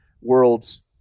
worlds